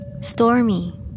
Stormy